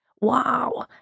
Wow